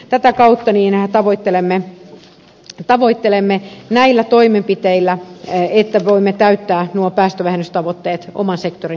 tätä kautta niin me tavoittelemme tavoittelemme näillä toimenpiteillä sitä että voimme täyttää nuo päästövähennystavoitteet oman sektorini puolesta